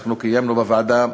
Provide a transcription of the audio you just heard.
אנחנו קיימנו בוועדה,